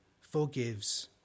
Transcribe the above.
forgives